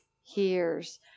Hears